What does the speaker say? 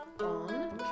on